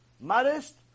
modest